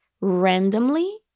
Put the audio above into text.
randomly